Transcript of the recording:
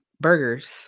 burgers